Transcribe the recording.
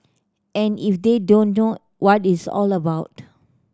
and if they don't know what it's all about